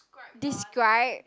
describe